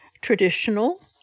traditional